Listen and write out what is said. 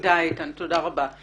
תודה רבה איתן.